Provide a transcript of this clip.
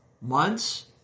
months